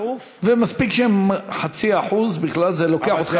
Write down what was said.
ומספיק ש-0.5% בכלל זה לוקח אותך,